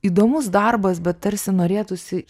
įdomus darbas bet tarsi norėtųsi